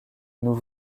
nous